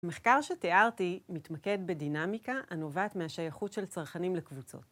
המחקר שתיארתי מתמקד בדינמיקה הנובעת מהשייכות של צרכנים לקבוצות.